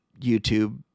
YouTube